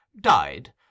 died